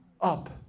up